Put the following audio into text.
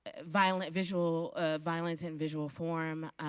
violent visual violence in visual form,